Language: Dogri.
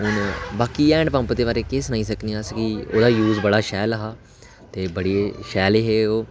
ते बाकी हैंड पम्प दे बारे केह् सुनाई सकने आं ओह्दा यूज़ बड़ा शैल हा ते बड़े शैल हे ओह्